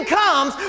comes